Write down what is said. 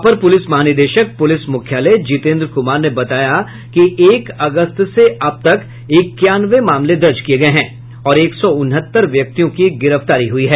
अपर पुलिस महानिदेशक पुलिस मुख्यालय जितेन्द्र कुमार ने बताया कि एक अगस्त से अब तक इक्यानवे मामले दर्ज किये गए हैं और एक सौ उनहत्तर व्यक्तियों की गिरफ्तारी हुई है